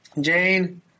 Jane